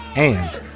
and,